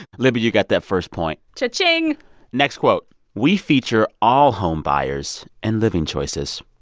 libby, you got that first point cha-ching next quote we feature all homebuyers and living choices.